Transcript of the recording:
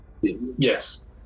Yes